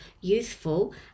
youthful